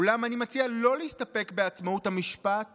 אולם אני מציע לא להסתפק בעצמאות המשפט